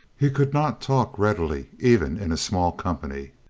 he could not talk readily, even in a small company,